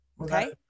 Okay